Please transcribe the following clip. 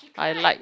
I like